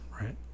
Right